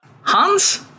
Hans